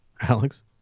Alex